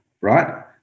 right